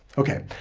ok,